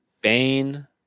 Bane